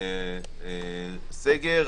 סגר,